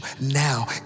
now